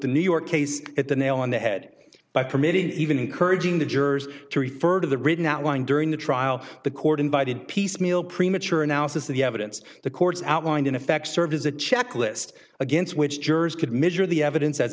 the new york case at the nail on the head by permitting even encouraging the jurors to refer to the written outline during the trial the court invited piecemeal premature analysis of the evidence the courts outlined in effect serve as a checklist against which jurors could measure the evidence as